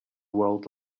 world